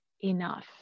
enough